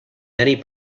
many